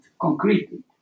concretely